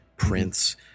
Prince